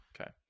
Okay